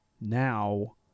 now